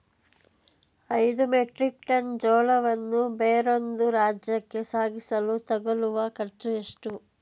ಐದು metric tonne ಜೋಳವನ್ನು ಬೇರೊಂದು ರಾಜ್ಯಕ್ಕೆ ಸಾಗಿಸಲು ತಗಲುವ ಖರ್ಚು ಎಷ್ಟು?